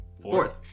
Fourth